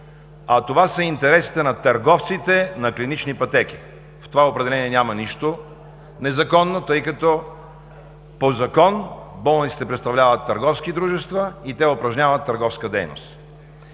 а това са интересите на търговците на клинични пътеки. В това определение няма нищо незаконно, тъй като по закон болниците представляват търговски дружества и те упражняват търговска дейност.